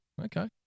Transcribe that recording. Okay